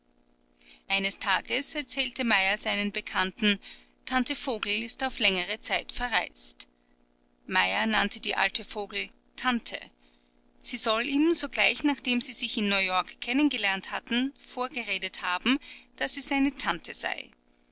eines tages erzählte meyer seinen bekannten tante vogel ist auf längere zeit verreist meyer nannte die alte vogel tante sie soll ihm sogleich nachdem sie sich in neuyork kennengelernt hatten vorgeredet haben daß sie seine tante sei